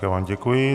Já vám děkuji.